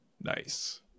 Nice